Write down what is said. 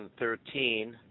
2013